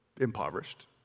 impoverished